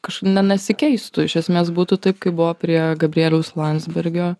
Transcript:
kaž ne nesikeistų iš esmės būtų taip kaip buvo prie gabrieliaus landsbergio